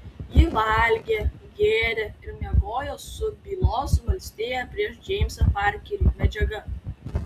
ji valgė gėrė ir miegojo su bylos valstija prieš džeimsą parkerį medžiaga